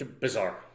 bizarre